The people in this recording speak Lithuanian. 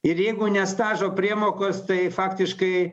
ir jeigu ne stažo priemokos tai faktiškai